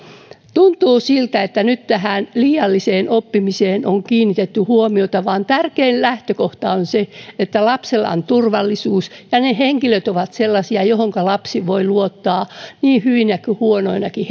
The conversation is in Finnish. tuntuu siltä että tähän oppimiseen on nyt kiinnitetty liiallista huomiota vaikka tärkein lähtökohta on se että lapsella on turvallisuus ja ne henkilöt ovat sellaisia joihinka lapsi voi luottaa niin hyvinä kuin huonoinakin